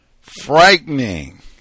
frightening